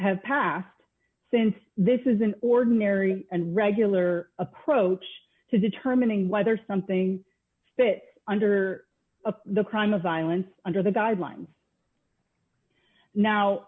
have passed since this is an ordinary and regular approach to determining whether something fits under the crime of violence under the guidelines now